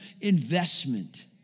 investment